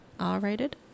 R-rated